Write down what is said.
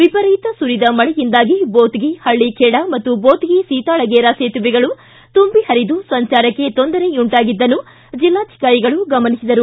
ವಿಪರೀತ ಸುರಿದ ಮಳೆಯಿಂದಾಗಿ ಬೋತಗಿ ಪಳ್ಳಬೇಡ್ ಮತ್ತು ಬೋತಗಿ ಸಿತಾಳಗೇರಾ ಸೇತುವೆಗಳು ತುಂಬಿ ಪರಿದು ಸಂಚಾರಕ್ಕೆ ತೊಂದರೆಯುಂಟಾಗಿದ್ದನ್ನು ಜಿಲ್ಲಾಧಿಕಾರಿಗಳು ಗಮನಿಸಿದರು